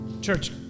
Church